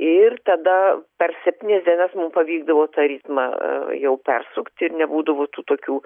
ir tada per septynias dienas mum pavykdavo tą ritmą jau persukti nebūdavo tų tokių